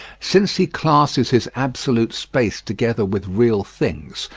since he classes his absolute space together with real things,